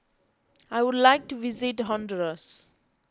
I would like to visit Honduras